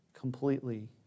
completely